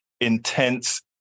intense